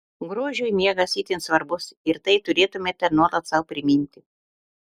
grožiui miegas itin svarbus ir tai turėtumėte nuolat sau priminti